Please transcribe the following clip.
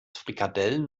frikadellen